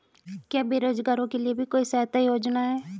क्या बेरोजगारों के लिए भी कोई सहायता योजना है?